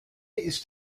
ist